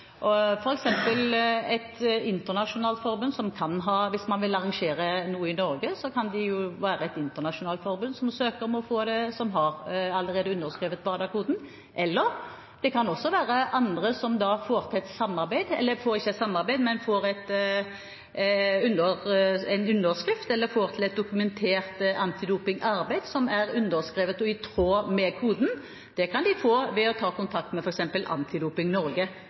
jo f.eks. et internasjonalt forbund som allerede har underskrevet WADA-koden, søke om å få det, eller det kan også være andre som da får til et dokumentert antidopingarbeid, som er underskrevet og i tråd med koden. Det kan de få ved å ta kontakt med f.eks. Antidoping Norge.